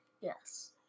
Yes